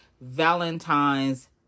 valentine's